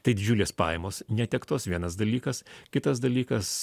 tai didžiulės pajamos netektos vienas dalykas kitas dalykas